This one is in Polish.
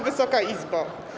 Wysoka Izbo!